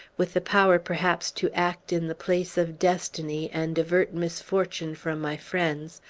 with the power, perhaps, to act in the place of destiny and avert misfortune from my friends,